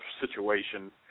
situation